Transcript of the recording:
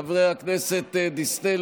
חברי הכנסת דיסטל